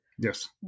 Yes